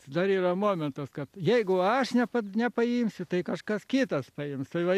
dar yra momentas kad jeigu aš ne pats ne nepaimsiu tai kažkas kitas paims tai va